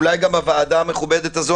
אולי גם בוועדה המכובדת הזו,